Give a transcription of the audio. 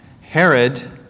Herod